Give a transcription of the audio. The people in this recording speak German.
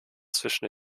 zwischen